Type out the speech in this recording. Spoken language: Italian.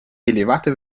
elevate